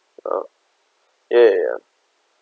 uh ya ya ya